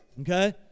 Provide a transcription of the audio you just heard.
Okay